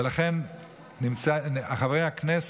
ולכן חברי הכנסת,